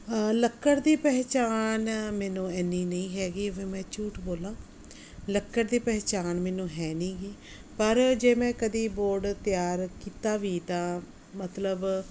ਲੱਕੜ ਦੀ ਪਹਿਚਾਨ ਮੈਨੂੰ ਇੰਨੀ ਨਹੀਂ ਹੈਗੀ ਫਿਰ ਮੈਂ ਝੂਠ ਬੋਲਾਂ ਲੱਕੜ ਦੀ ਪਹਿਚਾਨ ਮੈਨੂੰ ਹੈ ਨਹੀਂ ਗੀ ਪਰ ਜੇ ਮੈਂ ਕਦੀ ਬੋਰਡ ਤਿਆਰ ਕੀਤਾ ਵੀ ਤਾਂ ਮਤਲਬ